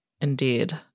Indeed